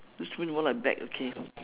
this look more like bag okay